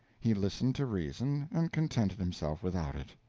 he listened to reason, and contented himself without it.